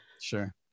Sure